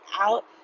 out